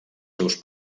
seus